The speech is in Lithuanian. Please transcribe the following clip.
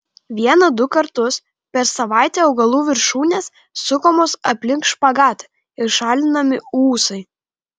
vieną du kartus per savaitę augalų viršūnės sukamos aplink špagatą ir šalinami ūsai